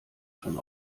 schon